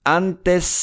antes